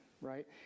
right